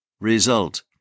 result